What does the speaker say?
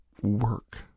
work